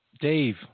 Dave